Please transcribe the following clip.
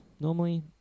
Normally